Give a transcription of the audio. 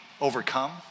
overcome